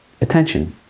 Attention